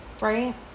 right